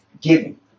giving